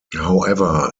however